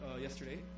yesterday